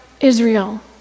Israel